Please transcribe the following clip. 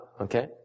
okay